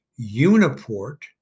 uniport